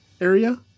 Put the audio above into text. area